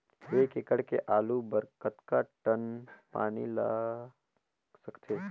एक एकड़ के आलू बर कतका टन पानी लाग सकथे?